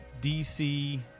DC